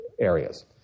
areas